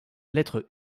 lettre